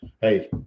hey